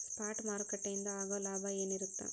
Spot ಮಾರುಕಟ್ಟೆಯಿಂದ ಆಗೋ ಲಾಭ ಏನಿರತ್ತ?